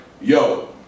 yo